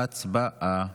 הצבעה.